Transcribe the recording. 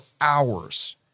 hours